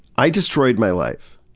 i destroyed my life.